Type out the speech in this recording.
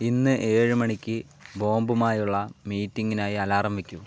ഇന്ന് ഏഴ് മണിക്ക് ബോംബുമായുള്ള മീറ്റിംഗിനായി അലാറം വെയ്ക്കൂ